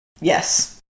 Yes